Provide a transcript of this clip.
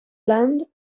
land